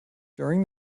during